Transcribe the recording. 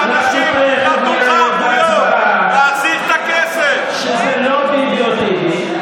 אנחנו תכף נראה בהצבעה שזה לא ביבי או טיבי,